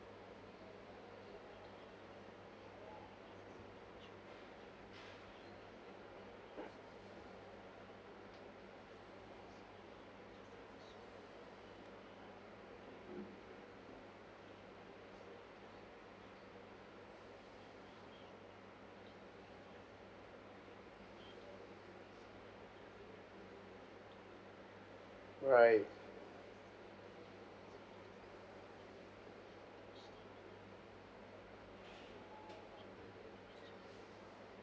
alright